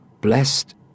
blessed